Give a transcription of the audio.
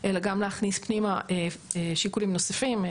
אלא גם להכניס פנימה שיקולים נוספים,